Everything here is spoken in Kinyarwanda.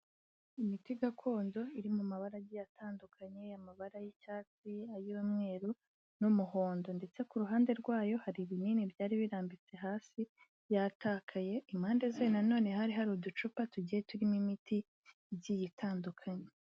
Imiti gakondo iri mu mabara agiye atandukanye, amabara y'icyatsi ay'umweru n'umuhondo ndetse ku ruhande rwayo hari ibinini byari birambitse hasi byatakaye, impande zayo nanone hari uducupa tugiye turimo imiti igiye itandukanye.